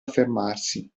affermarsi